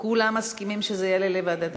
כולם מסכימים שזה יעלה לוועדת,